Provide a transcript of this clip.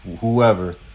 whoever